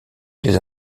les